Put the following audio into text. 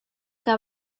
que